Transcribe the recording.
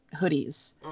hoodies